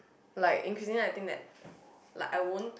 like increasingly I think that like I won't